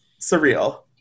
surreal